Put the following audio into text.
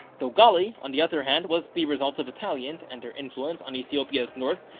dogali, on the other hand, was the result of italians and their influence on ethiopia's north,